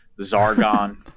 Zargon